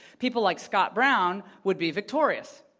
people like scott brown would be victorious.